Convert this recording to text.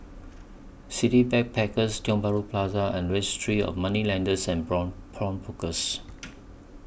City Backpackers Tiong Bahru Plaza and Registry of Moneylenders and Pawnbrokers